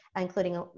including